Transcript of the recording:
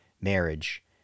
marriage